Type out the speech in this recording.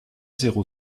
zéro